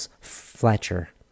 fletcher